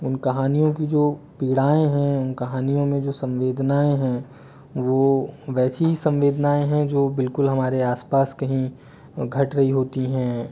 उन कहानियों की जो पीड़ाएं हैं उन कहानियों में जो संवेदनाएं हैं वो वैसी ही संवेदनाएं हैं जो बिल्कुल हमारे आसपास कहीं घट रही होती हैं